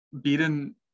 beaten